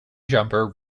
jumper